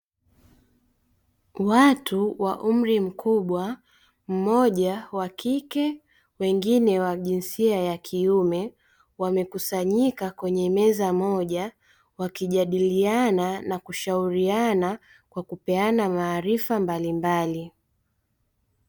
Watu wa umri mkubwa mmoja wa kike wengine wa jinsia ya kiume. Wamekusanyika kwenye meza moja, wakijadiliana na kushauriana kwa kupeana maarifa mbalimbali.